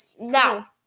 Now